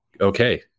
okay